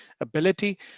ability